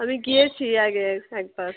আমি গিয়েছি আগে একবার